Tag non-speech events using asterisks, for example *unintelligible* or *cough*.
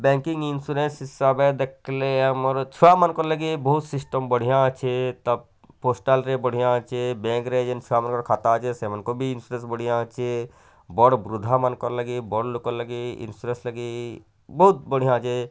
banking insurance ସବେ ଦେଖଲେ ଆମର ଛୁଆମାନଙ୍କର ଲାଗି ବହୁତ୍ ସିଷ୍ଟମ ବଢ଼ିଆଁ ଅଛେ ତ ପୋଷ୍ଟାଲରେ ବଢ଼ିଆ ଅଛେ ବ୍ୟାଙ୍କରେ ଯେନ୍ *unintelligible* ଖାତା ସେ ସେମାନଙ୍କୁ ବି ଇନସ୍ୟୁରାନ୍ସ ବଢ଼ିଆ ଅଛେ ବଡ଼ ବୃଦ୍ଧାମାନଙ୍କରଲାଗି ବଡ଼ଲୋକର ଲାଗି ଇନସ୍ୟୁରାନ୍ସ ଲାଗି ବହୁତ ବଢ଼ିଆ ଅଁଛେ